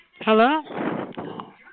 Hello